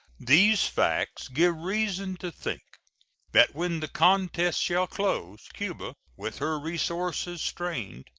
these facts give reason to think that when the contest shall close, cuba, with her resources strained,